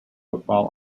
football